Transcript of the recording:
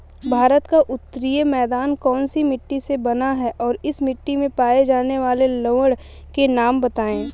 भारत का उत्तरी मैदान कौनसी मिट्टी से बना है और इस मिट्टी में पाए जाने वाले लवण के नाम बताइए?